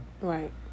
Right